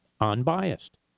unbiased